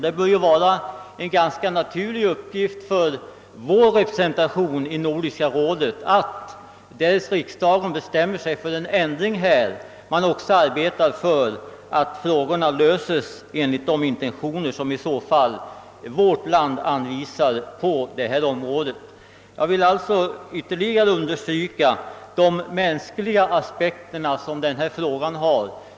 Det bör vara en ganska naturlig uppgift för vår representation i Nordiska rådet, därest riksdagen här bestämmer sig för en ändring, att också arbeta för att frågorna löses enligt de intentioner som i så fall vårt land anvisar på detta område. Jag vill alltså ytterligare understryka de mänskliga aspekter denna fråga har.